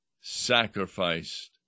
sacrificed